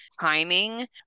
timing